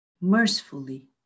mercifully